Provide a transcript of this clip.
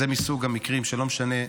זה מסוג המקרים שלא משנה,